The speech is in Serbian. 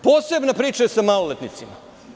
Posebna priča je sa maloletnicima.